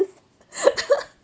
is